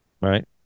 right